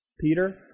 Peter